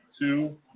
two